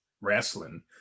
wrestling